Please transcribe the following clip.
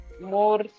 more